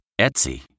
Etsy